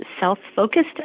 self-focused